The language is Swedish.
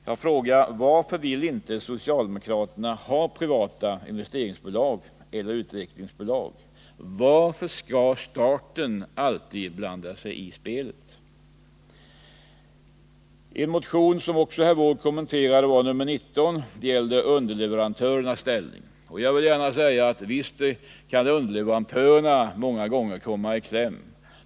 Jag frågar: Varför vill socialdemokraterna inte ha privata investeringsbolag eller utvecklingsbolag? Varför skall staten alltid blanda sig i spelet? Herr Wååg kommenterade också reservationen nr 19 om underleverantörernas ställning. Jag vill gärna säga att underleverantörerna många gånger kan komma i kläm.